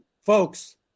folks